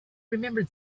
remembered